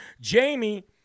Jamie